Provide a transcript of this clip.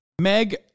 Meg